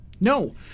No